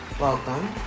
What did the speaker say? welcome